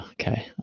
Okay